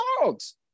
dogs